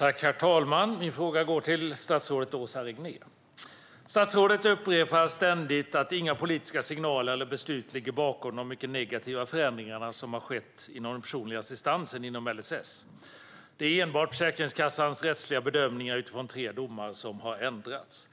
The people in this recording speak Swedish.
Herr talman! Min fråga går till statsrådet Åsa Regnér. Statsrådet upprepar ständigt att inga politiska signaler eller beslut ligger bakom de mycket negativa förändringar som har skett i den personliga assistansen inom LSS. Det är enbart Försäkringskassans rättsliga bedömningar utifrån tre domar som har ändrats.